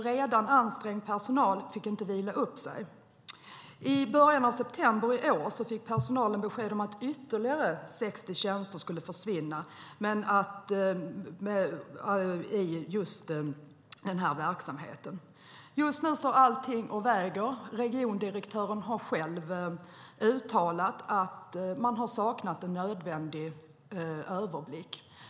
Redan ansträngd personal fick inte vila upp sig. I början av september i år fick personalen besked om att ytterligare 60 tjänster skulle försvinna i den här verksamheten. Just nu står allting och väger. Regiondirektören har själv uttalat att man har saknat en nödvändig överblick.